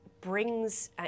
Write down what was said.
brings